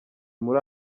muri